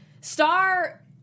Star